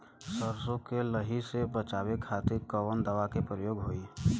सरसो के लही से बचावे के खातिर कवन दवा के प्रयोग होई?